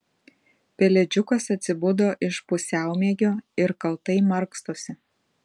pelėdžiukas atsibudo iš pusiaumiegio ir kaltai markstosi